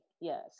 yes